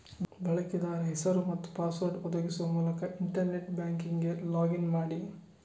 ಬಳಕೆದಾರ ಹೆಸರು ಮತ್ತು ಪಾಸ್ವರ್ಡ್ ಒದಗಿಸುವ ಮೂಲಕ ಇಂಟರ್ನೆಟ್ ಬ್ಯಾಂಕಿಂಗಿಗೆ ಲಾಗ್ ಇನ್ ಮಾಡಿ